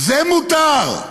זה מותר,